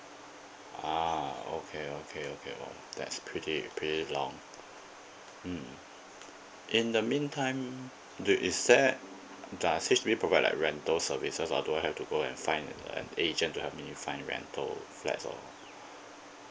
ah okay okay okay oh that's pretty pretty long mm in the meantime do is there does H_D_B provide like rental services or do I have to go and find an agent to help me find rental flats or